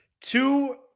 two